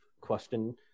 question